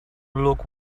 look